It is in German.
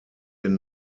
den